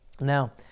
Now